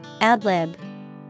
Adlib